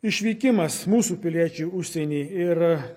išvykimas mūsų piliečiai užsieny ir